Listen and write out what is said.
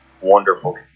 wonderful